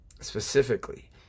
specifically